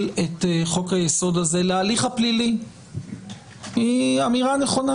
את חוק-היסוד הזה להליך הפלילי היא אמירה נכונה.